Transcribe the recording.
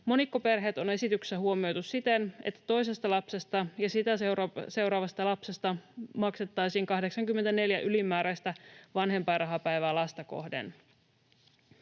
Monikkoperheet on esityksessä huomioitu siten, että toisesta lapsesta ja sitä seuraavasta lapsesta maksettaisiin 84 ylimääräistä vanhempainrahapäivää lasta kohden.